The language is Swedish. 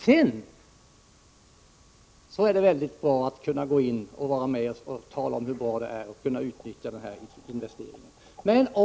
Sedan går det bra att gå in och vara med och tala om hur bra det är att kunna utnyttja en sådan investering.